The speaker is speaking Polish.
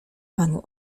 panu